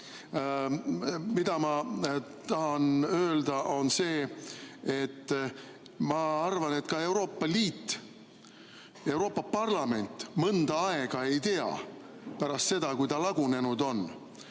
Mida ma tahan öelda, on see, et ma arvan, et ka Euroopa Liit, Euroopa Parlament ei tea mõnda aega pärast seda, kui ta lagunenud on,